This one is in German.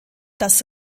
das